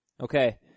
Okay